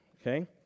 okay